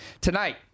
Tonight